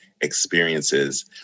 experiences